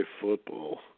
football